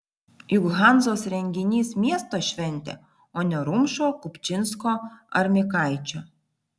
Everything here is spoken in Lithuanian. juk hanzos renginys miesto šventė o ne rumšo kupčinsko ar mikaičio